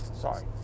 Sorry